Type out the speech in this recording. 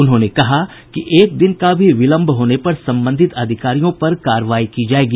उन्होंने कहा कि एक दिन का भी विलंब होने पर संबंधित अधिकारियों पर कार्रवाई की जायेगी